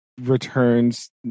returns